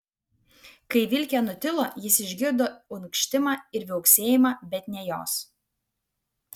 kai vilkė nutilo jis išgirdo unkštimą ir viauksėjimą bet ne jos